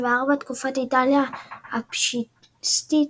תקופת איטליה הפשיסטית,